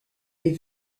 les